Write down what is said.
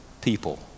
people